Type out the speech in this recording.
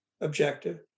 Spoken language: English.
objective